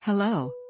Hello